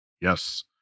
Yes